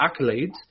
accolades